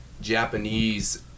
Japanese